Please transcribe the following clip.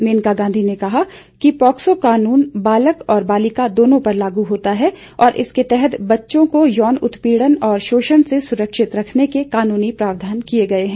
मेनका गांधी ने कहा पोक्सो कानून बालक और बालिका दोनों पर लागू होता है और इसके तहत बच्चों को यौन उत्पीड़न और शोषण से सुरक्षित रखने के कानूनी प्रावधान किए गए हैं